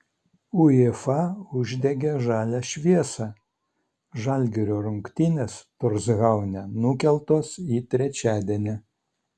uefa uždegė žalią šviesą žalgirio rungtynės torshaune nukeltos į trečiadienį